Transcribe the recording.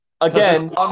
again